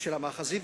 של המאחזים.